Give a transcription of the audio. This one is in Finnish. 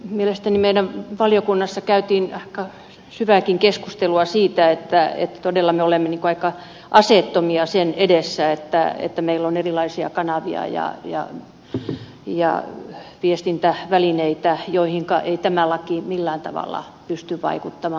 mielestäni meidän valiokunnassamme käytiin syvääkin keskustelua siitä että todella me olemme aika aseettomia sen edessä että meillä on erilaisia kanavia ja viestintävälineitä joihinka ei tämä laki millään tavalla pysty vaikuttamaan